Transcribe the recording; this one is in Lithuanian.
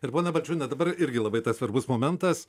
ir pone balčiūne dabar irgi labai svarbus momentas